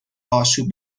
آشوب